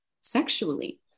Sexually